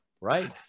right